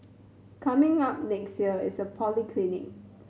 coming up next year is a polyclinic